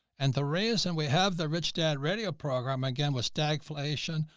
and the raise. and we have the rich dad radio program, again with stagflation,